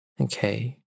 Okay